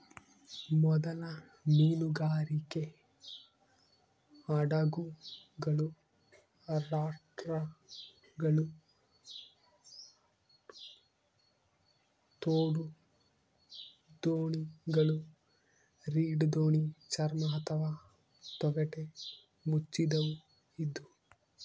ಮೊದಲ ಮೀನುಗಾರಿಕೆ ಹಡಗುಗಳು ರಾಪ್ಟ್ಗಳು ತೋಡುದೋಣಿಗಳು ರೀಡ್ ದೋಣಿ ಚರ್ಮ ಅಥವಾ ತೊಗಟೆ ಮುಚ್ಚಿದವು ಇದ್ವು